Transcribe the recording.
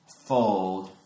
fold